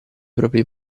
propri